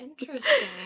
Interesting